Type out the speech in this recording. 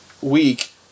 week